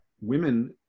women